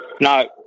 No